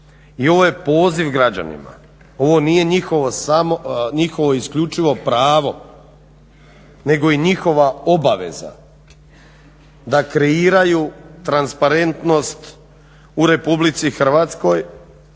I ovo je poziv građanima, ovo nije njihovo isključio pravo nego i njihova obaveza da kreiraju transparentnost u Republici Hrvatskoj,